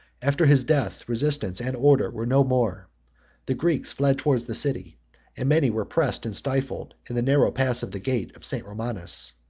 after his death, resistance and order were no more the greeks fled towards the city and many were pressed and stifled in the narrow pass of the gate of st. romanus.